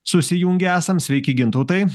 susijungę esam sveiki gintautai